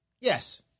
Yes